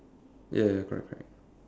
ya ya ya correct correct